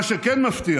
מה שכן מפתיע